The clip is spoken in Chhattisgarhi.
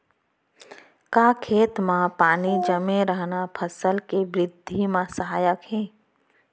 का खेत म पानी जमे रहना फसल के वृद्धि म सहायक हे?